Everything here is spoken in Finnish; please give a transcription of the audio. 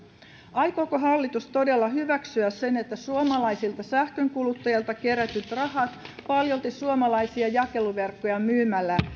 aikooko hallitus todella hyväksyä sen että suomalaisilta sähkönkuluttajilta kerätyt rahat paljolti suomalaisia jakeluverkkoja myymällä